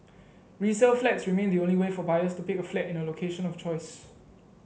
resale flats remain the only way for buyers to pick a flat in a location of choice